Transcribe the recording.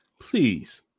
please